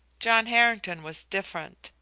john harrington was different,